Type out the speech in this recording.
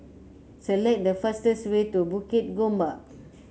select the fastest way to Bukit Gombak